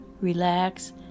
relax